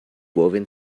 woven